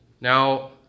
now